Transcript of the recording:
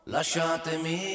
Lasciatemi